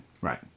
Right